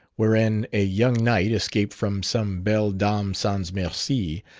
wherein a young knight, escaped from some belle dame sans merci,